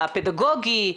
הפדגוגי.